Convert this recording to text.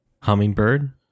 Hummingbird